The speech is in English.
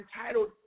entitled